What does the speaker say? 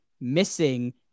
missing